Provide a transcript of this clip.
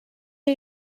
chi